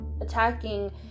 Attacking